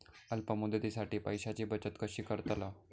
अल्प मुदतीसाठी पैशांची बचत कशी करतलव?